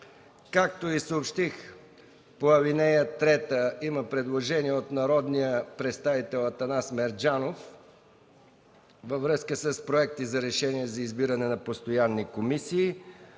Както Ви съобщих, по ал. 3 има предложение от народния представител Атанас Мерджанов във връзка с проекти за решение за избиране на постоянни комисии.